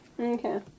Okay